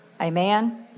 Amen